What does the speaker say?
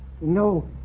No